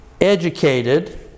educated